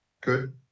Good